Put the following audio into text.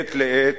מעת לעת.